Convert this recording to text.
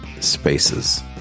spaces